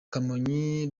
kamonyi